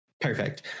Perfect